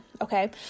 okay